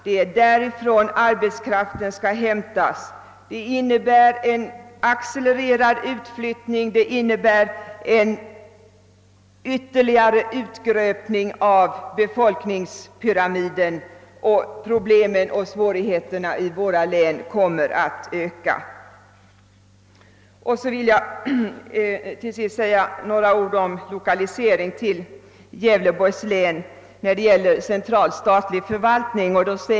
Det är därifrån arbetskraften skall hämtas. Resultatet blir en accelererad utflyttning och en ytterligare urgröpning av befolkningspyramiden. Problemen och svårigheterna i våra norrlandslän kommer därmed att öka. Slutligen vill jag säga några ord om lokalisering till Gävleborgs län av central statlig förvaltning.